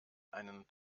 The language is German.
einen